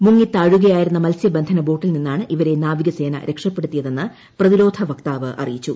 മുങ്ങിത്താഴുകയായിരുന്ന മൽസ്യബന്ധന ബോട്ടിൽ നിന്നാണ് ഇവരെ നാവികസേന രക്ഷപ്പെടുത്തിയതെന്ന് പ്രതിരോധവക്താവ് അറിയിച്ചു